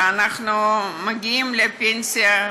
שאנחנו מגיעים לפנסיה,